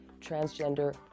transgender